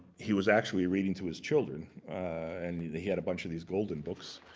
he was actually reading to his children and he had a bunch of these golden books.